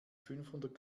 fünfhundert